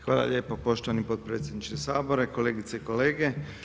Hvala lijepo poštovani potpredsjedniče Sabora, kolegice i kolege.